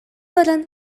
баран